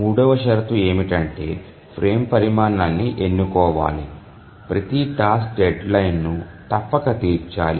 మూడవ షరతు ఏమిటంటే ఫ్రేమ్ పరిమాణాన్ని ఎన్నుకోవాలి ప్రతి టాస్క్ డెడ్లైన్ను తప్పక తీర్చాలి